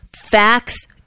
facts